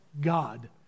God